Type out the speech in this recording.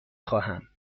خواهم